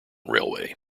railway